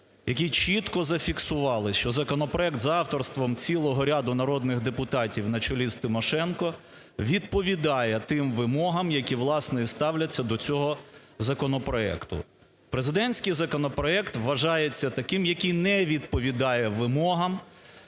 які чітко зафіксували, що законопроект за авторством цілого ряду народних депутатів на чолі з Тимошенко відповідає тим вимогам, які, власне, і ставляться до цього законопроекту. Президентський законопроект вважається таким, який не відповідає вимогам